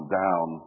down